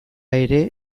ere